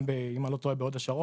גם אם אני לא טועה בהוד השרון,